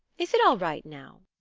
is it all right now?